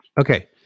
Okay